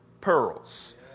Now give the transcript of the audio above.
pearls